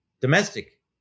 domestic